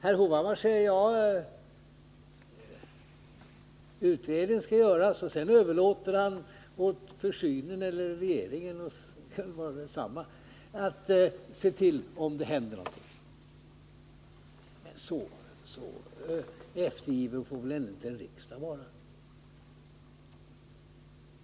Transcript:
Herr Hovhammar anser att utredningen skall göras, men sedan överlåter han åt försynen eller regeringen — det kanske kan vara samma sak — att se till att någonting händer. Men så eftergiven får väl en riksdag ändå inte vara.